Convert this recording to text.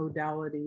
modalities